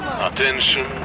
Attention